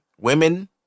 Women